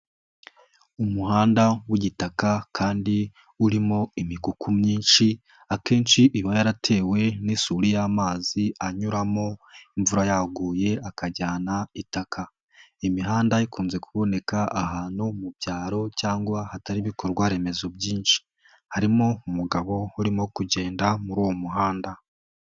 Umuhanda w'igitaka kandi urimo imikuku myinshi akenshi iba yaratewe n'isuri y'amazi anyuramo imvura yaguye akajyana itaka. Imihanda ikunze kuboneka ahantu mu byaro cyangwa hatari ibikorwa remezo byinshi harimo umugabo urimo kugenda muri uwo muhanda.